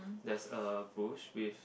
there's a bush with